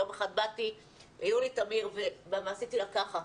יום אחד באתי ליולי תמיר ועשיתי לה ככה: